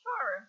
Sure